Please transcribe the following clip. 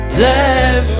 left